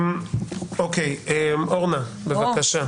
אורנה, בבקשה.